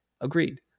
Agreed